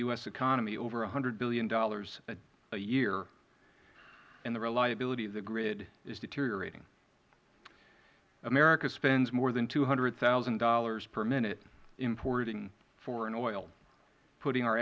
u s economy over one hundred dollars billion a year and the reliability of the grid is deteriorating america spends more than two hundred thousand dollars per minute importing foreign oil putting our